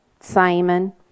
Simon